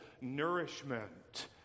nourishment